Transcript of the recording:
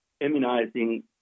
immunizing